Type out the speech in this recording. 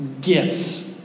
gifts